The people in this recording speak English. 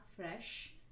fresh